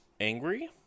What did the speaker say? angry